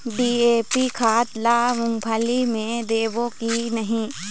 DAP खाद ला मुंगफली मे देबो की नहीं?